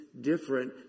different